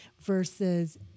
versus